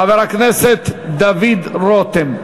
חבר הכנסת דוד רותם.